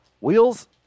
Wheels